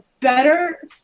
better